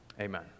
Amen